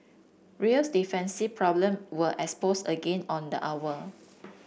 real's defensive problem were exposed again on the hour